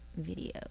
video